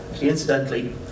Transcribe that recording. Incidentally